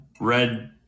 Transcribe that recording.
red